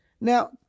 Now